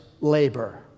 labor